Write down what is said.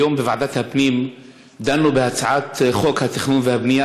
היום דנו בוועדת הפנים בהצעת חוק התכנון והבנייה,